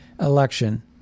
election